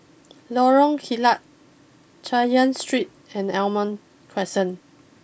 Lorong Kilat Chay Yan Street and Almond Crescent